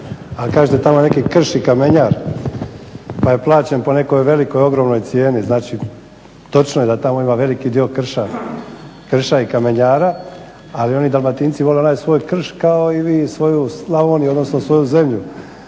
ali kažete tamo neki krš i kamenjar pa je plaćen po nekoj velikoj ogromnoj cijeni, znači točno je da tamo ima veliki dio krša i kamenjara, ali oni Dalmatinci vole onaj svoj krš kao i svoju Slavoniju odnosno svoju zemlju,